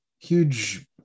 huge